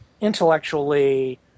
intellectually